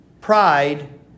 pride